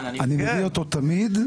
אני מביא אותו תמיד,